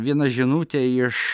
viena žinutė iš